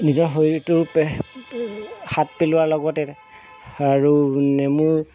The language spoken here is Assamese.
নিজৰ শৰীৰটোৰ শাত পেলোৱাৰ লগতে আৰু নেমু